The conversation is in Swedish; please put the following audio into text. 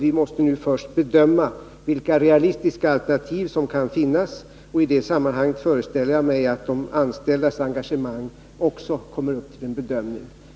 Vi måste nu först bedöma vilka realistiska alternativ som kan finnas, och i det sammanhanget föreställer jag mig att de anställdas engagemang också kommer upp till bedömning.